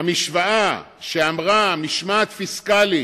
המשוואה שאמרה משמעת פיסקלית,